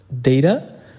data